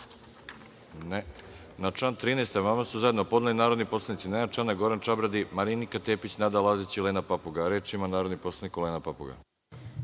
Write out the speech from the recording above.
Ne. Na član 13. amandman su zajedno podneli narodni poslanici Nenad Čanak, Goran Čabradi, Marinika Tepić, Nada Lazić i Olena Papuga. Reč ima narodni poslanik Olena Papuga.